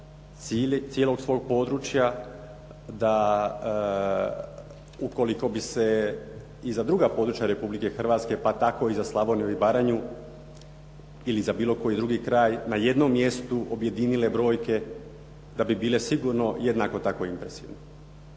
cijelog svog područja da ukoliko bi se i za druga područja Republike Hrvatske pa tako i za Slavoniju i Baranju ili za bilo koji drugi kraj na jednom mjestu objedinile brojke da bi bile sigurno jednako tako impresivne.